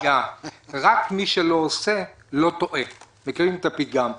רק מי שלא עושה לא טועה, אתם מכירים את הפתגם.